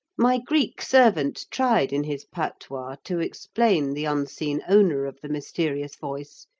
my greek servant tried in his patois to explain the unseen owner of the mysterious voice,